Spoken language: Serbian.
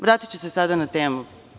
Vratiću se sada na temu.